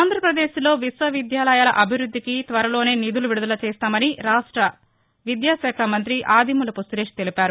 ఆంధ్రప్రదేశ్ లో విశ్వవిద్యాలయాల అభివృద్దికి త్వరలోనే నిధులు విడుదల చేస్తామని రాష్ట విద్యా శాఖ మంత్రి ఆదిమూలపు సురేష్ తెలిపారు